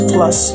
Plus